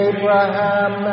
Abraham